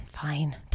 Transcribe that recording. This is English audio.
fine